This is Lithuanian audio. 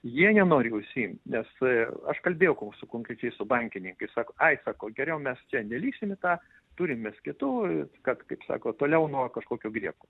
jie nenori užsiimt nes aš kalbėjau su konkrečiai su bankininkais ai sako geriau mes čia nelįsim į tą turim mes kitų kad kaip sako toliau nuo kažkokio grieko